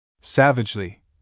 Savagely